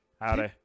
Howdy